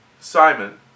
Simon